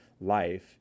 life